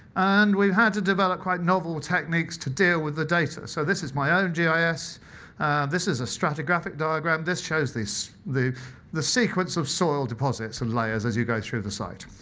and we've had to develop quite novel techniques to deal with the data. so this is my own gis. this is a stratigraphic diagram. this shows this the the sequence of soil deposits in layers as you go through the site.